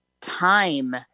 time